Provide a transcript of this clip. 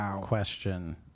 question